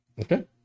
Okay